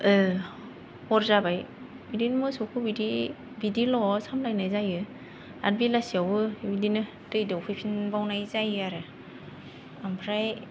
हर जाबाय बिदिनो मोसौखौ बिदिल' सामलायनाय जायो आरो बेलासियावबो बिदिनो दै दौफैफिनबावनाय जायो आरो ओमफ्राय